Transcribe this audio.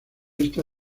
esta